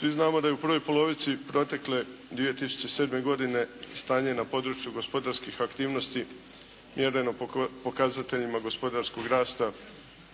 Svi znamo da je u prvoj polovici protekle 2007. godine stanje na području gospodarskih aktivnosti mjereno pokazateljima gospodarskog rasta